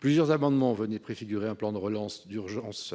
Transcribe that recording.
Plusieurs amendements préfiguraient un plan de relance d'urgence